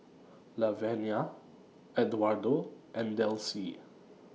Lavenia Edwardo and Delcie